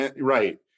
Right